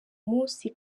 munsi